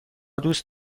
دوست